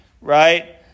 right